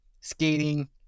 skating